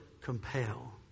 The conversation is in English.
compel